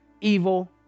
evil